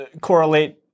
correlate